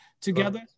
together